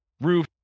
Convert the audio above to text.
roof